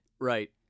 Right